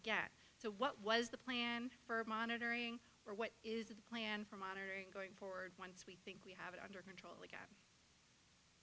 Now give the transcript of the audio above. again so what was the plan for monitoring or what is the plan for monitoring going forward once we think we have it under control